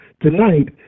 tonight